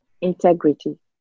Integrity